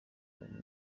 ubumenyi